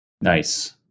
Nice